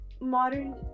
modern